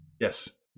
Yes